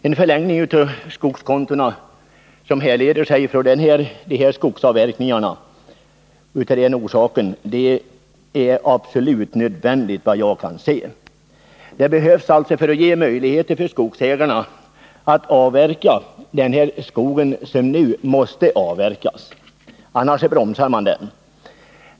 En förlängning av skogskontonas löptid när det gäller sådana här avverkningar är absolut nödvändig, såvitt jag kan se. Åtgärden behövs alltså för att ge skogsägarna möjligheter att avverka den skog som nu måste avverkas, annars bromsar man avverkningarna.